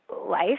life